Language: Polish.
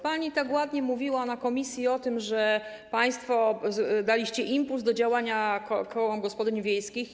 Pani tak ładnie mówiła w komisji o tym, że państwo daliście impuls do działania kołom gospodyń wiejskich.